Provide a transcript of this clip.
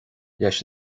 leis